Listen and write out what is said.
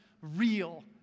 real